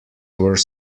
were